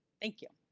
thank you.